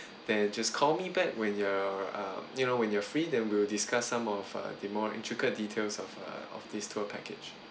then just call me back when you're uh you know when you're free then we will discuss some of uh the more intricate details of uh of this tour package